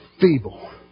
feeble